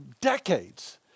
decades